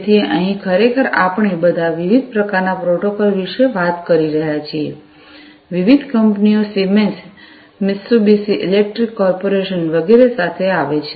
તેથી અહીં ખરેખર આપણે બધાં વિવિધ પ્રકારનાં પ્રોટોકોલ વિશે વાત કરી રહ્યા છીએ વિવિધ કંપનીઓ સિમેન્સ મિત્સુબિશી ઇલેક્ટ્રિક કોર્પોરેશન વગેરે સાથે આવે છે